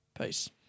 Peace